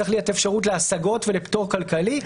צריכה להיות אפשרות להסגות ולפטור כלכלי,